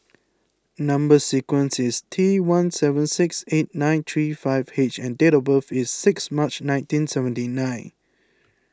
Number Sequence is T one seven six eight nine three five H and date of birth is six March nineteen seventy nine